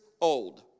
old